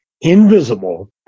invisible